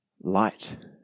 light